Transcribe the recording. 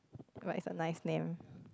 but it's a nice name